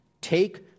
take